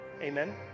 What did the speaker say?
Amen